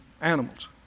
animals